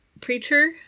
preacher